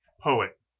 poet